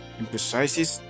emphasizes